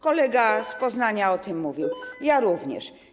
Kolega z Poznania o tym mówił, ja również.